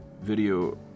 video